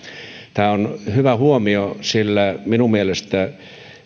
tämä on hyvä huomio sillä minun mielestäni